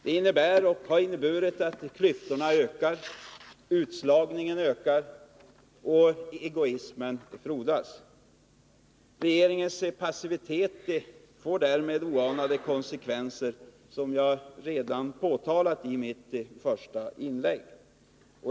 Det innebär och har inneburit att klyftorna har ökat, utslagningen ökar och egoismen frodas. Regeringens passivitet får därmed oanade konsekvenser, som jag redan påtalat i mitt första inlägg.